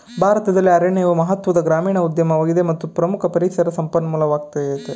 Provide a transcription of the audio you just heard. ಭಾರತದಲ್ಲಿ ಅರಣ್ಯವು ಮಹತ್ವದ ಗ್ರಾಮೀಣ ಉದ್ಯಮವಾಗಿದೆ ಮತ್ತು ಪ್ರಮುಖ ಪರಿಸರ ಸಂಪನ್ಮೂಲವಾಗಯ್ತೆ